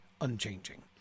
unchanging